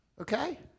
Okay